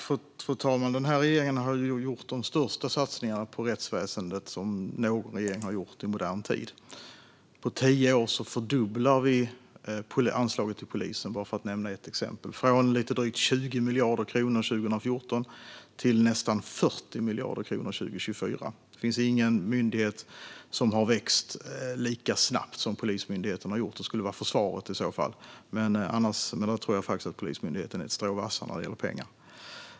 Fru talman! Den här regeringen har gjort de största satsningarna på rättsväsendet som någon regering har gjort i modern tid. På tio år fördubblar vi anslaget till polisen, bara för att nämna ett exempel, från lite drygt 20 miljarder kronor 2014 till nästan 40 miljarder kronor 2024. Det finns ingen myndighet som har växt lika snabbt som Polismyndigheten har gjort. Det skulle i så fall vara försvaret, men jag tror faktiskt att Polismyndigheten är ett strå vassare när det gäller pengar.